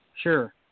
Sure